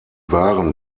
waren